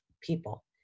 people